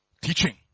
Teaching